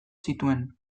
zituen